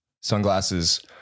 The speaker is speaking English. sunglasses